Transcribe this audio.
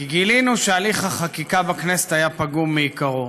כי גילינו שהליך החקיקה בכנסת היה פגום מעיקרו.